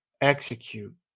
execute